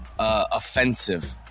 Offensive